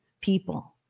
people